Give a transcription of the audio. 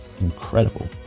incredible